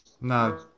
No